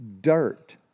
dirt